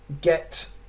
get